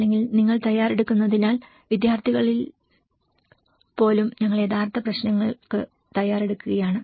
അല്ലെങ്കിൽ നിങ്ങൾ തയ്യാറെടുക്കുന്നതിനാൽ വിദ്യാർത്ഥികളിൽ പോലും ഞങ്ങൾ യഥാർത്ഥ പ്രശ്നങ്ങൾക്ക് തയ്യാറെടുക്കുകയാണ്